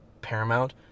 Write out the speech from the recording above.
paramount